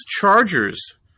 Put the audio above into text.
Chargers